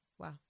Wow